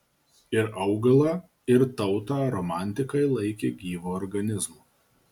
ir augalą ir tautą romantikai laikė gyvu organizmu